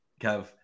Kev